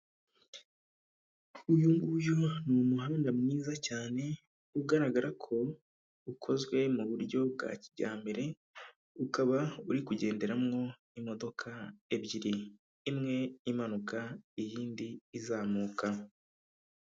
Uyu nguyu ni umuhanda mwiza cyane ugaragara ko ukozwe mu buryo bwa kijyambere, ukaba uri kugenderamo imodoka ebyiri, imwe imanuka iy'indi izamuka.